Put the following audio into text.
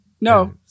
No